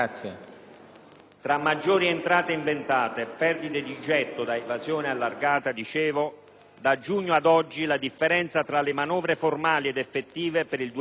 tra maggiori entrate inventate e perdite di gettito da evasione allargata, da giugno ad oggi la differenza tra manovre formali ed effettive è per il 2009